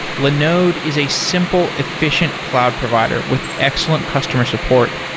linode is a simple, efficient cloud provider with excellent customer support,